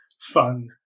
fun